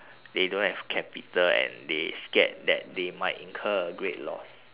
they don't have capital and they scared that they might incur a great loss